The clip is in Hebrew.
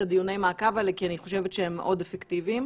דיוני המעקב האלה כי אני חושבת שהם מאוד אפקטיביים.